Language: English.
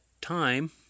time